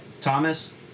thomas